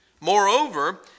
Moreover